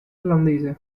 irlandese